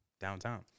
downtown